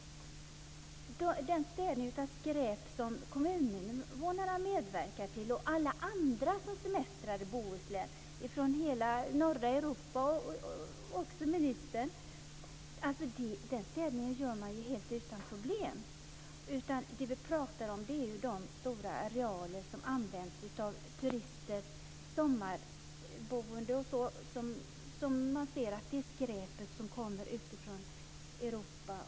Den städning av skräp som kommuninnevånarna medverkar till, och alla andra som semestrar i Bohuslän från hela norra Europa, och också ministern, gör man helt utan problem. Det som vi pratar om är de stora arealer som används av turister och sommarboende, där man kan se att det är skräp som kommer utifrån Europa.